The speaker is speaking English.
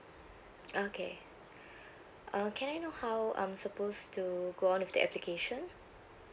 okay uh can I know how I'm supposed to go on with the application